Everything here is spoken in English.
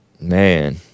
Man